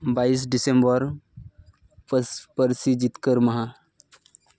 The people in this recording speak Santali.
ᱵᱟᱭᱤᱥ ᱰᱤᱥᱮᱢᱵᱚᱨ ᱯᱟᱥ ᱯᱟᱨᱥᱤ ᱡᱤᱛᱠᱟᱹᱨ ᱢᱟᱦᱟ